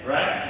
Right